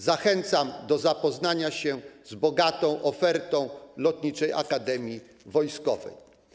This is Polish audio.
Zachęcam do zapoznania się z bogatą ofertą Lotniczej Akademii Wojskowej.